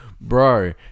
bro